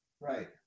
Right